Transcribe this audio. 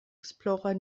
explorer